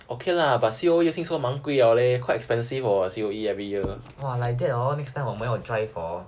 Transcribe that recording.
!wah! like that orh next time 我们要 drive hor